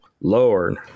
Lord